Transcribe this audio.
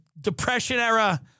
Depression-era